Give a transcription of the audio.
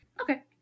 Okay